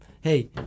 hey